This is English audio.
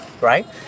right